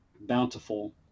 bountiful